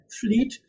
fleet